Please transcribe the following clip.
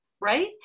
right